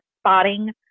spotting